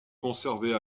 conservées